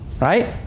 right